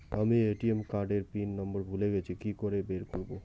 আমি ATM card এর pin number ভুলে গেছি কি করে বের করব?